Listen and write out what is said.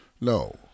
No